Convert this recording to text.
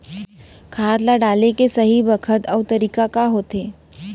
खाद ल डाले के सही बखत अऊ तरीका का होथे?